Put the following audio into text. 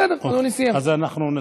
אנחנו נציע.